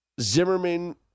Zimmerman